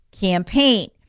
campaign